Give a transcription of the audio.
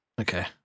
Okay